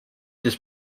this